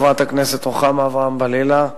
חברת הכנסת רוחמה אברהם-בלילא,